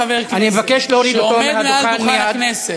חבר כנסת שעומד מעל דוכן הכנסת,